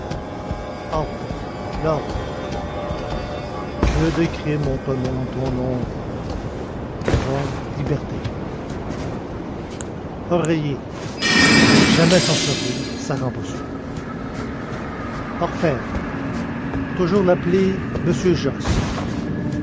ordre l'ordre que de crime on commet en ton nom v liberté oreiller ne jamais s'en servir ça rend bossu orfèvre toujours l'appeler m